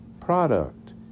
product